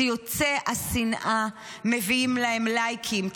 ציוצי השנאה מביאים להם לייקים.